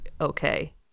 okay